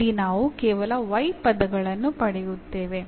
ಇಲ್ಲಿ ನಾವು ಕೇವಲ y ಪದಗಳನ್ನು ಪಡೆಯುತ್ತೇವೆ